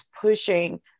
pushing